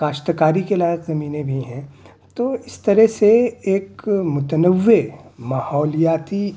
کاشتکاری کے لائق زمینیں بھی ہیں تو اس طرح سے ایک متنوع ماحولیاتی